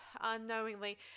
unknowingly